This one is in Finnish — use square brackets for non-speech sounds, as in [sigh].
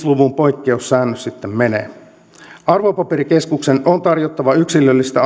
[unintelligible] luvun poikkeussäännös sitten menee arvopaperikeskuksen on tarjottava yksilöllistä [unintelligible]